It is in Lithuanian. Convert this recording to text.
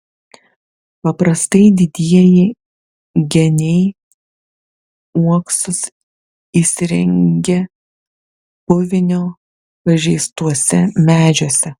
paprastai didieji geniai uoksus įsirengia puvinio pažeistuose medžiuose